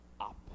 up